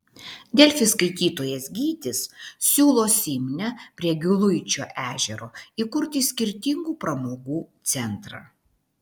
delfi skaitytojas gytis siūlo simne prie giluičio ežero įkurti skirtingų pramogų centrą